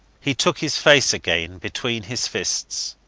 he took his face again between his fists.